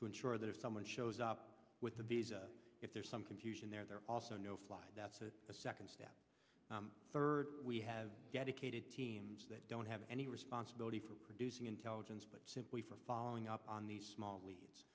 to ensure that if someone shows up with the visa if there's some confusion there they're also no fly that's a second step third we have yet ikeda teams that don't have any responsibility for producing intelligence but simply from following up on these small leads